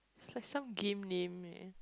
like some game name leh